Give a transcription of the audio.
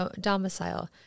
domicile